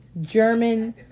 German